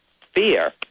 fear